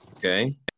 Okay